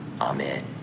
amen